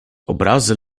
obrazy